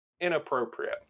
inappropriate